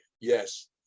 Yes